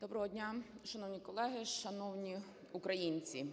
Доброго дня, шановні колеги, шановні українці!